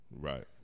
Right